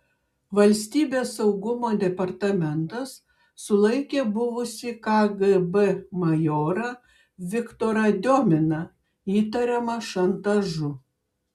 valstybės saugumo departamentas sulaikė buvusį kgb majorą viktorą diominą įtariamą šantažu